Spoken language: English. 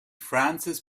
francis